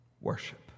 worship